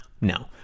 No